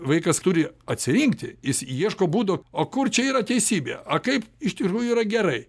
vaikas turi atsirinkti jis ieško būdo o kur čia yra teisybė a kaip iš tikrųjų yra gerai